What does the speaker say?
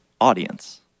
audience